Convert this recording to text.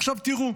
עכשיו תראו,